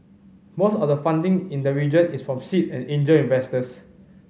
most of the funding in the region is from seed and angel investors